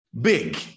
big